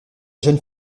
jeune